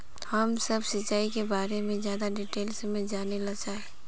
हम सब सिंचाई के बारे में ज्यादा डिटेल्स में जाने ला चाहे?